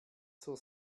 zur